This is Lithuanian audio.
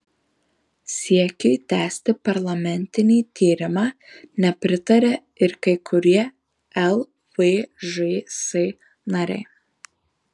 siekiui tęsti parlamentinį tyrimą nepritaria ir kai kurie lvžs nariai